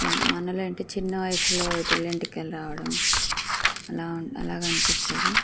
మనలుంటే చిన్న వయసులోవి తెల్లంటికలు రావడం అలా అలాగ అనిపిస్తది